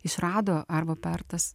išrado arvo pertas